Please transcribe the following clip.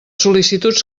sol·licituds